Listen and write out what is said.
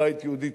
הבית היהודי,